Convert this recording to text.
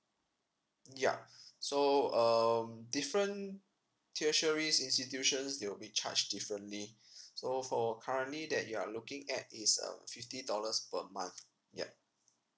ya so um different tertiary institutions they will be charged differently so for currently that you are looking at is um fifty dollars per month ya